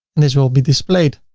and this will be displayed.